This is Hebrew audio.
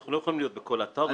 אנחנו לא יכולים להיות בכל אתר.